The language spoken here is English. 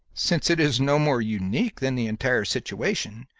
since it is no more unique than the entire situation,